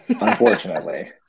unfortunately